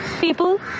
people